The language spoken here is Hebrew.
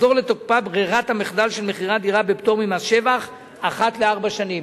תחזור לתוקפה ברירת המחדל של מכירת דירה בפטור ממס שבח אחת לארבע שנים.